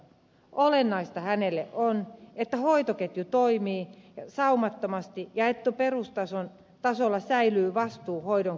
olennaista hänelle on että hoitoketju toimii saumattomasti ja että perustasolla säilyy vastuu hoidon kokonaisuudesta